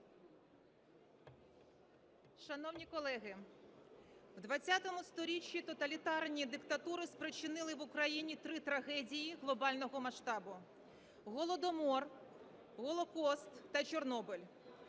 Шановні колеги, у ХХ сторіччі тоталітарні диктатури спричинили в Україні три трагедії глобального масштабу: Голодомор, Голокост та Чорнобиль.